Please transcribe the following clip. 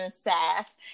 sass